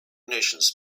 nations